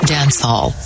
Dancehall